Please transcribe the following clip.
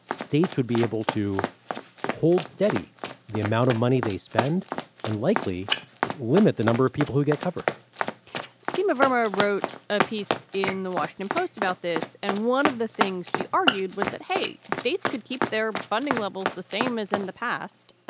states would be able to hold steady the amount of money they spend and likely limit the number of people who get covered sima, vermont wrote a piece in the washington post about this, and one of the things she argued was that, hey, states could keep their funding levels the same as in the past.